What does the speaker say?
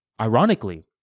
Ironically